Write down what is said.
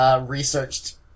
researched